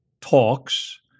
talks